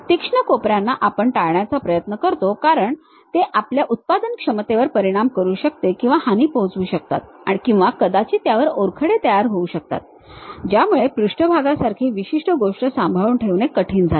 तीक्ष्ण कोपऱ्यांना आपण टाळण्याचा प्रयत्न करतो कारण ते आपल्या उत्पादनक्षमतेवर परिणाम करू शकते किंवा हानी पोहोचवू शकतात किंवा कदाचित त्यावर ओरखडे तयार होऊ शकतात ज्यामुळे पृष्ठभागासारखी विशिष्ट गोष्ट सांभाळून ठेवणे कठीण जाते